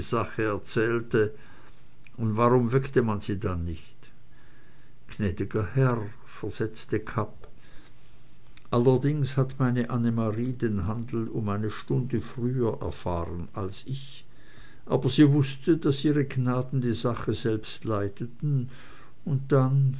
erzählte und warum weckte man sie dann nicht gnädiger herr versetzte kapp allerdings hat meine anne marie den handel um eine stunde früher erfahren als ich aber sie wußte daß ihre gnaden die sache selbst leiteten und dann